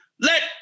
Let